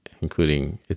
including